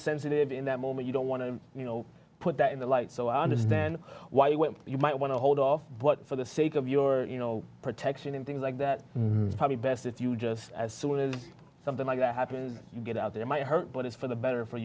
sensitive in that moment you don't want to you know put that in the light so i understand why when you might want to hold off for the sake of your you know protection and things like that it's probably best if you just as soon as something like that happens you get out there might hurt but it's for the better for